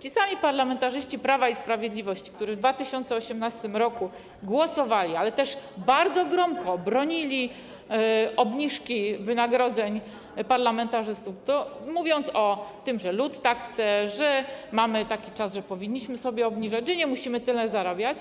Ci sami parlamentarzyści Prawa i Sprawiedliwości, którzy w 2018 r. głosowali, ale też bardzo gromko bronili obniżki wynagrodzeń parlamentarzystów, mówiąc o tym, że lud tak chce, że mamy taki czas, że powinniśmy sobie obniżać, że nie musimy tyle zarabiać,